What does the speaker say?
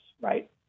right